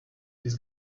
this